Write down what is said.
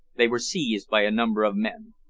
they were seized by a number of men.